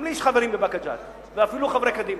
גם לי יש חברים בבאקה ג'ת, ואפילו חברי קדימה,